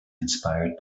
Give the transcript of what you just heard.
inspired